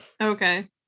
Okay